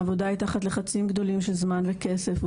העבודה היא תחת לחצים גדולים של זמן וכסף,